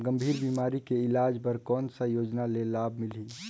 गंभीर बीमारी के इलाज बर कौन सा योजना ले लाभ मिलही?